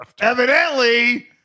evidently